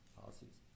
policies